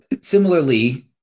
similarly